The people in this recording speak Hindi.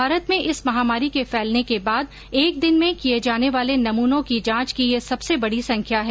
भारत में इस महामारी के फैलने के बाद एक दिन में किये जाने वाले नमूनों की जांच की यह सबसे बडी संख्या है